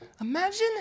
Imagine